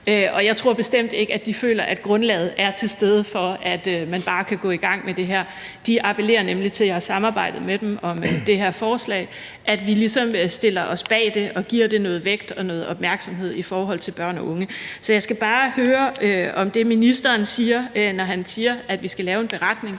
og jeg tror bestemt ikke, at de føler, at grundlaget er til stede for, at man bare kan gå i gang med det her. De appellerer nemlig til – jeg har samarbejdet med dem om det her forslag – at vi ligesom stiller os bag det og giver det noget vægt og noget opmærksomhed i forhold til børn og unge. Så jeg skal bare høre, om det, ministeren siger, når han siger, at vi skal lave en beretning